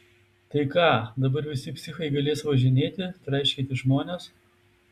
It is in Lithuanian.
tai ką dabar visi psichai galės važinėti traiškyti žmones